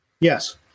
Yes